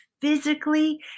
physically